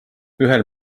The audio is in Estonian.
ühel